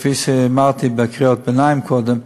כפי שאמרתי בקריאות ביניים קודם,